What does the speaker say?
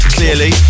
Clearly